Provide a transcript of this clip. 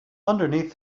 underneath